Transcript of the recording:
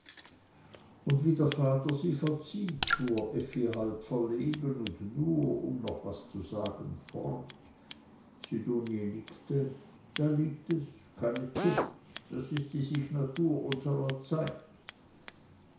und wie der vater sie verzieht fuhr effi halb verlegen und nur um doch was zu sagen fort sidonie nickte da liegt es keine zucht das ist die signatur unserer zeit